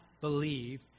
believe